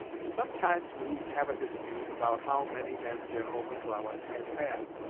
sometimes we have a dispute about how many men general mcclellan has had,